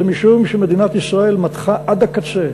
זה משום שמדינת ישראל מתחה עד הקצה,